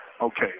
Okay